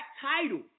title